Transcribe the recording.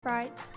right